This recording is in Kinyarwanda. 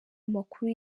amakuru